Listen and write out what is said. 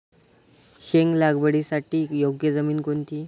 शेंग लागवडीसाठी योग्य जमीन कोणती?